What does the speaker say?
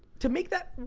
to make that,